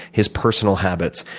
his personal habits.